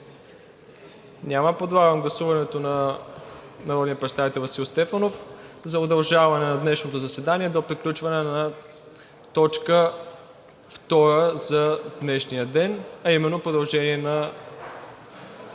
Няма. Подлагам на гласуване предложението на народния представител Васил Стефанов за удължаване на днешното заседание до приключване на точка втора за днешния ден, а именно продължение на